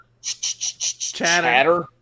chatter